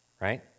Right